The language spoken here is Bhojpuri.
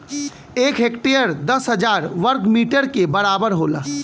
एक हेक्टेयर दस हजार वर्ग मीटर के बराबर होला